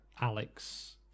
alex